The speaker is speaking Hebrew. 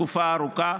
תקופה ארוכה.